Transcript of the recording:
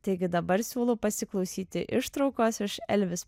taigi dabar siūlau pasiklausyti ištraukos iš elvis